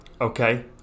Okay